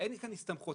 אין כאן הסתמכות.